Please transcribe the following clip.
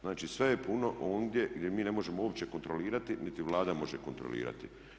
Znači sve je puno ondje gdje mi ne možemo uopće kontrolirati niti Vlada može kontrolirati.